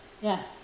Yes